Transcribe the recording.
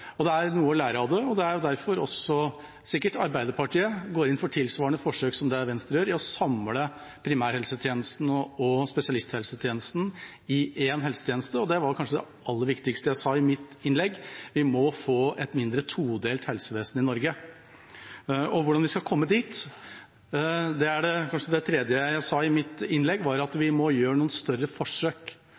og hoppe over noe. Det er noe å lære av det. Det er sikkert også derfor Arbeiderpartiet går inn for tilsvarende forsøk som Venstre ønsker å gjøre, å samle primærhelsetjenesten og spesialisthelsetjenesten i én helsetjeneste. Det var kanskje det aller viktigste jeg sa i mitt innlegg: Vi må få et mindre todelt helsevesen i Norge. Hvordan vi skal komme dit, gjaldt det tredje jeg sa i mitt innlegg: Vi må gjøre noen større forsøk.